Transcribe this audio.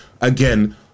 again